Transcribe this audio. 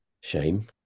shame